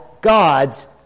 God's